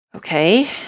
Okay